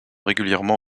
régulièrement